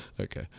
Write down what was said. Okay